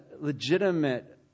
legitimate